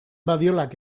badiolak